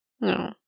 No